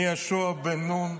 מיהושע בן-נון,